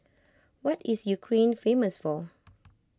what is Ukraine famous for